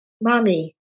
mommy